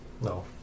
No